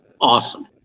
awesome